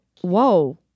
whoa